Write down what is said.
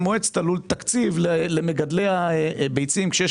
מועצת הלול יודעת לתת תקציב למגדלי הביצים כשיש